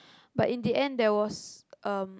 but in the end there was um